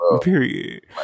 period